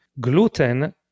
gluten